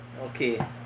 Okay